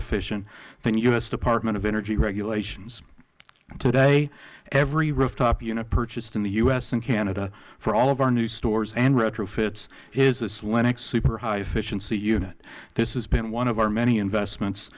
efficient than u s department of energy regulations today every rooftop unit purchased in the u s and canada for all of our new stores and retrofits is this lennox super high efficiency unit this has been one of our many investments